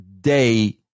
day